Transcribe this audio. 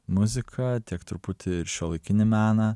muziką tiek truputį ir šiuolaikinį meną